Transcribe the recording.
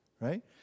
right